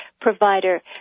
provider